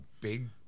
big